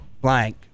blank